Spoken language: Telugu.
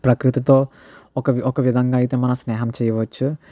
ప్రకృతితో ఒక ఒక విధంగా అయితే మన స్నేహం చేయవచ్చు